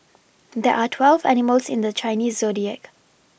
there're twelve animals in the Chinese zodiac